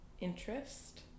interest